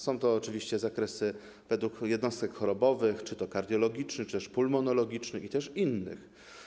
Są to oczywiście zakresy według jednostek chorobowych, czy to kardiologicznych, czy pulmonologicznych i innych.